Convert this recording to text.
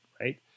right